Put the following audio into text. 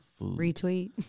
retweet